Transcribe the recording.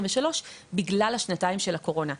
בגלל השנתיים של הקורונה.